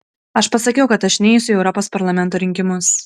aš pasakiau kad aš neisiu į europos parlamento rinkimus